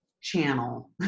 channel